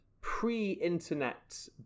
pre-internet